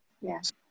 Yes